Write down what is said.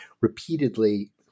repeatedly